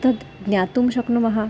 तद् ज्ञातुं शक्नुमः